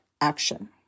action